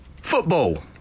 Football